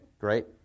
great